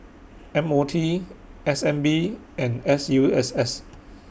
M O T S N B and S U S S